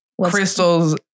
crystals